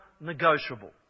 negotiable